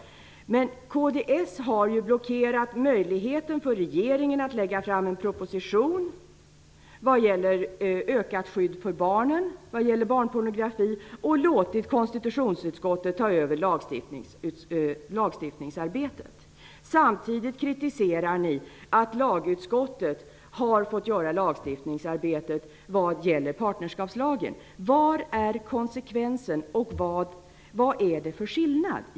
Men kds har blockerat regeringens möjlighet att lägga fram en proposition om ökat skydd för barnen vad gäller barnpornografi och låtit konstitutionsutskottet ta över lagstiftningsarbetet. Samtidigt kritiserar ni att lagutskottet har fått göra lagstiftningsarbetet när det gäller partnerskapslagen. Vad är konsekvensen och vad är det för skillnad?